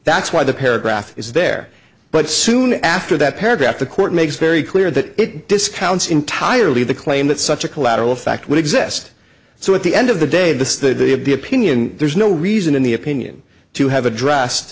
that's why the paragraph is there but soon after that paragraph the court makes very clear that it discounts entirely the claim that such a collateral fact would exist so at the end of the day the have the opinion there's no reason in the opinion to have addressed